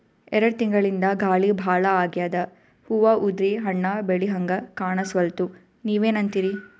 ಎರೆಡ್ ತಿಂಗಳಿಂದ ಗಾಳಿ ಭಾಳ ಆಗ್ಯಾದ, ಹೂವ ಉದ್ರಿ ಹಣ್ಣ ಬೆಳಿಹಂಗ ಕಾಣಸ್ವಲ್ತು, ನೀವೆನಂತಿರಿ?